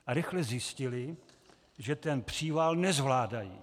A rychle zjistili, že ten příval nezvládají.